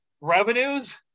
revenues